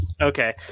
Okay